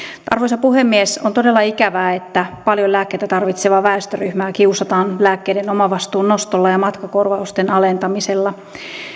arvoisa puhemies on todella ikävää että paljon lääkkeitä tarvitsevaa väestöryhmää kiusataan lääkkeiden omavastuun nostolla ja matkakorvausten alentamisella